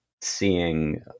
seeing